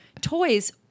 toys